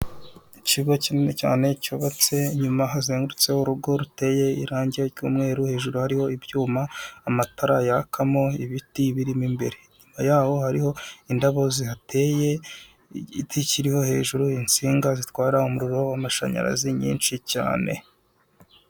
Ikigo kinini cyane cyubatse inyuma hazengurutseho urugo ruteye irangi ry'umweru hejuru hariho ibyuma amatara yakamo ibiti birimo imbere. Inyuma y'aho hariho indabo zihateye, igiti kiriho hejuru insinga zitwara umuriro w'amashanyarazi nyinshi cyane.